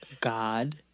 God